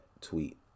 tweet